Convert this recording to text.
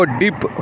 deep